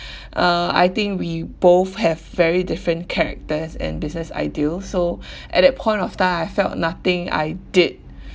uh I think we both have very different characters and business ideal so at that point of time I felt nothing I did